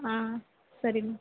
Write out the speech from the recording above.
ಹಾಂ ಸರಿ ಮೆಮ್